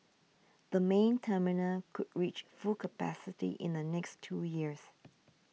the main terminal could reach full capacity in the next two years